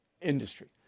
industry